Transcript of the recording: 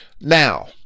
Now